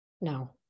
no